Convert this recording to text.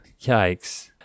yikes